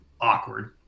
awkward